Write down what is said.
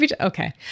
Okay